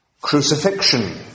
crucifixion